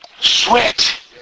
sweat